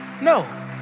No